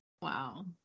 Wow